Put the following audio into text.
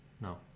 No